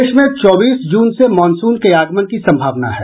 प्रदेश में चौबीस जून से मॉनसून के आगमन की सम्भावना है